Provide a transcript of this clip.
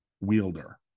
wielder